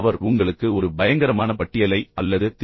அவர் உங்களுக்கு ஒரு பயங்கரமான பட்டியலை அல்லது திரு